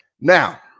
Now